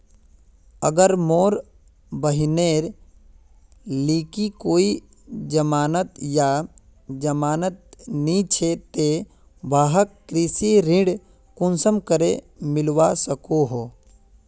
अगर मोर बहिनेर लिकी कोई जमानत या जमानत नि छे ते वाहक कृषि ऋण कुंसम करे मिलवा सको हो?